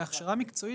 בהכשרה מקצועית,